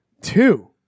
Two